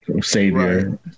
savior